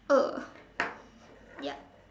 uh yup